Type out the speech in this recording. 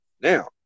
now